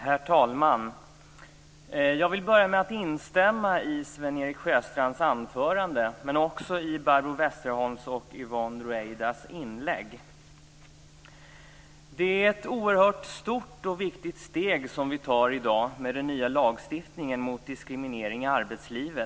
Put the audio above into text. Herr talman! Jag vill börja med att instämma i Det är ett oerhört stort och viktigt steg som tas i dag med den nya lagstiftningen mot diskriminering i arbetslivet.